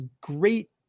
great